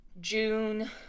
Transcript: June